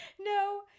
No